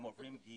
הם עוברים גיור.